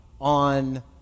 on